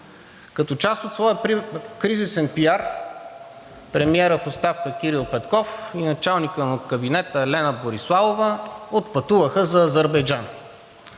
Като част от своя кризисен пиар премиерът в оставка Кирил Петков и началникът на кабинета Лена Бориславова отпътуваха за Азербайджан.